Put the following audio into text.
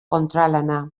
kontralana